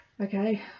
Okay